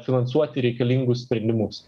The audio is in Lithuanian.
finansuoti reikalingus sprendimus